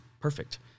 perfect